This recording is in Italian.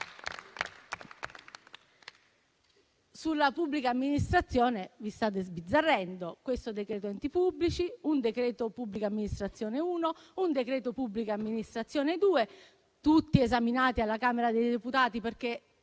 Sulla pubblica amministrazione, vi state sbizzarrendo: vi è questo decreto-legge enti pubblici, un decreto pubblica amministrazione 1, un decreto pubblica amministrazione 2, tutti esaminati alla Camera dei deputati, perché